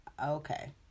Okay